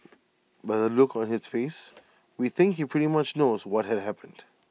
by the look on his face we think he pretty much knows what had happened